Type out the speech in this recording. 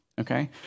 Okay